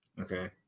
Okay